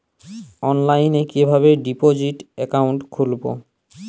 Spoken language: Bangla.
অনলাইনে কিভাবে ডিপোজিট অ্যাকাউন্ট খুলবো?